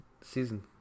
season